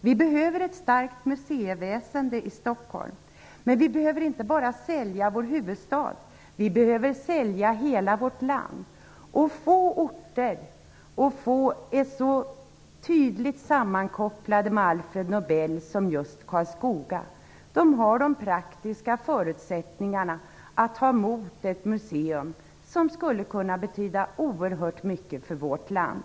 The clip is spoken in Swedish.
Vi behöver ett starkt museiväsende i Stockholm, men vi behöver inte bara sälja vår huvudstad. Vi behöver sälja hela vårt land. Få orter är så tydligt sammankopplade med Alfred Nobel som just Karlskoga. Där finns de praktiska förutsättningarna att ta emot ett museum som skulle kunna betyda oerhört mycket för vårt land.